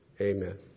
Amen